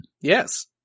Yes